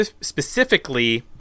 Specifically